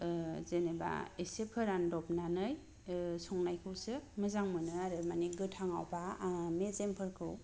जेनेबा एसे फोरान दबनानै संनायखौसो मोजां मोनो आरो मानि गोथाङाव बा आङो मेजेम फोरखौ